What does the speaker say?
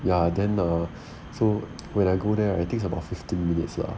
ya then err so when I go there I think it's about fifteen minutes lah